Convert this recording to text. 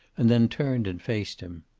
and then turned and faced him.